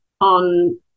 on